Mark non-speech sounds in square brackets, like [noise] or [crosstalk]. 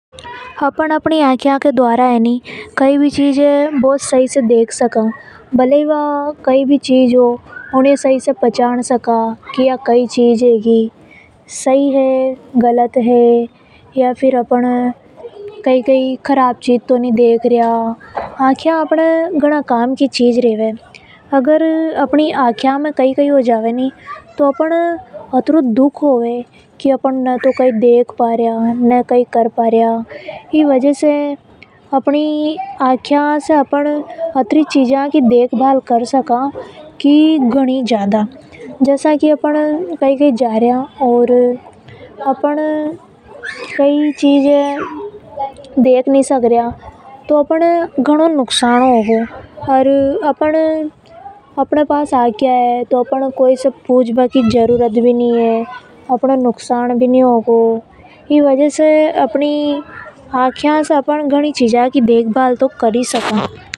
अपन अपनी आख्या के द्वारा कई भी चीज ये बहुत सही से देख सका। [noise] बलये ही वो कसी भी चीज हो ऊनी ये अपन सही से पहचान सका। आंखों के द्वारा अपन सही गलत चीज ने देख सका और ये जो आख्या है वे घणी काम की होवे है। अगर अपनी आख्या में कई कई हो जावे तो अपन ये घनों दुख होवे। अपन कई भी देख नि पा रिया तो अपनो जीवन कई भी काम को नि है। [noise] जसा की अपन कई कई जा रिया और अपन कई भी चीज ये नि देख प रिया तो अपने घनों नुकसान होगा।